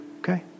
okay